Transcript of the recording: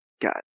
got